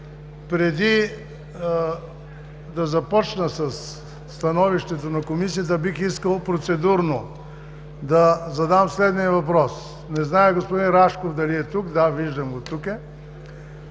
Преди да започна със становището на Комисията, бих искал процедурно да задам въпрос. Не знам дали господин Рашков е тук. Виждам го, тук е.